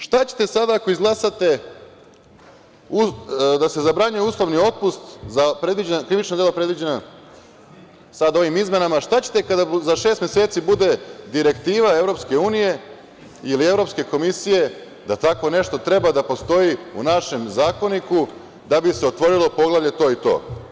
Šta ćete sada ako izglasate da se zabranjuje uslovni otpust za krivična dela predviđena sada ovim izmenama, šta ćete kada za šest meseci bude direktiva EU ili Evropske komisije da tako nešto treba da postoji u našem Zakoniku da bi se otvorilo Poglavlje to i to?